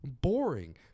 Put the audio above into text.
boring